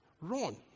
Run